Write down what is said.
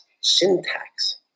syntax